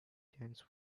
dance